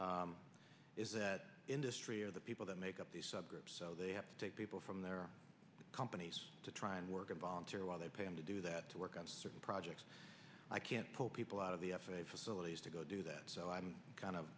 is that industry or the people that make up the subgroups so they have to take people from their companies to try and work and volunteer while they pay them to do that to work on certain projects i can't pull people out of the f a a facilities to go do that so i'm kind of